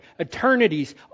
eternities